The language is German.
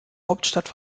hauptstadt